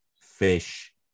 Fish